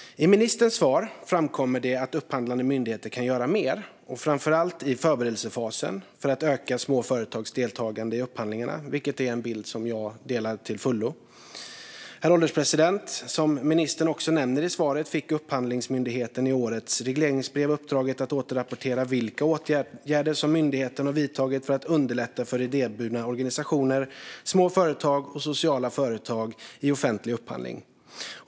I ministerns svar framkommer det att upphandlande myndigheter kan göra mer, framför allt i förberedelsefasen, för att öka små företags deltagande i upphandlingar, vilket är en bild jag delar till fullo. Herr ålderspresident! Som ministern också nämner i svaret fick Upphandlingsmyndigheten i årets regleringsbrev uppdraget att återrapportera vilka åtgärder som myndigheten har vidtagit för att underlätta för idéburna organisationer, små företag och sociala företag i offentlig upphandling.